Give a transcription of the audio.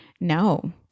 no